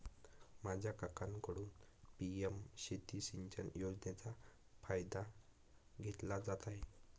माझा काकांकडून पी.एम शेती सिंचन योजनेचा फायदा घेतला जात आहे